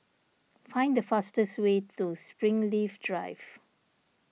find the fastest way to Springleaf Drive